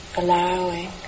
allowing